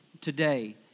today